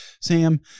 Sam